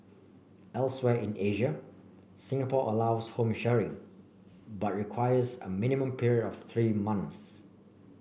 elsewhere in Asia Singapore allows home sharing but requires a minimum period of three months